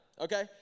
Okay